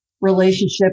Relationship